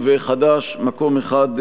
חד"ש: מקום אחד,